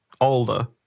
older